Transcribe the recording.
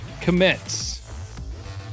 commits